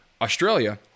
Australia